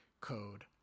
code